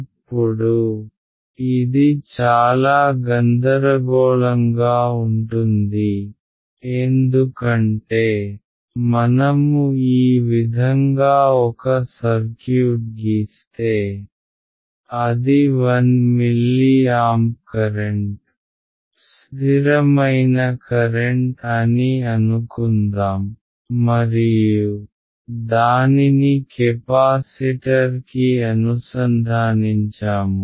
ఇప్పుడు ఇది చాలా గందరగోళంగా ఉంటుంది ఎందుకంటే మనము ఈ విధంగా ఒక సర్క్యూట్ గీస్తే అది 1 మిల్లీ ఆంప్ కరెంట్ స్ధిరమైన కరెంట్ అని అనుకుందాం మరియు దానిని కెపాసిటర్ కి అనుసంధానించాము